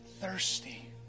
thirsty